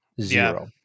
Zero